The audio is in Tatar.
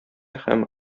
һәм